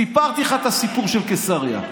סיפרתי לך את הסיפור של קיסריה.